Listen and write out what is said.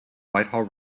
whitehall